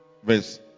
Verse